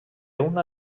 una